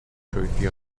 trophy